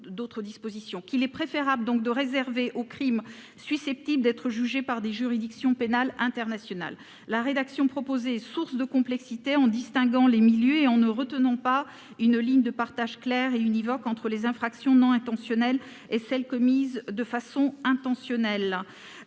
qu'il est préférable de réserver aux crimes susceptibles d'être jugés par des juridictions pénales internationales. La rédaction proposée est source de complexité, car elle distingue les milieux et ne retient pas une ligne de partage claire et univoque entre les infractions non intentionnelles et celles commises de façon intentionnelle.